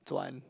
one